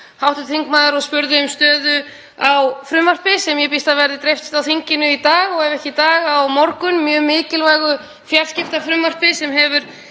hv. þingmaður og spurði um stöðu á frumvarpi sem ég býst við að verði dreift á þinginu í dag og ef ekki í dag þá á morgun, mjög mikilvægu fjarskiptafrumvarpi sem hefur